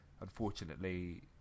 unfortunately